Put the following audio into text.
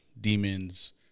demons